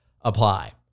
apply